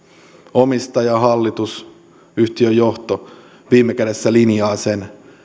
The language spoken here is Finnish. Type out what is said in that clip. omistaja hallitus yhtiön johto viime kädessä linjaa sen